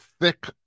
thick